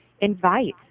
invite